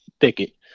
thicket